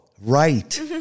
right